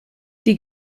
die